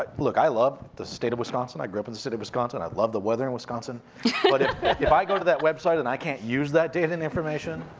but look, i love the state of wisconsin. i grew up in the state of wisconsin, i love the weather in wisconsin. but if i go to that website, and i can't use that data and information,